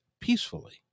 peacefully